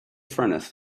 furnace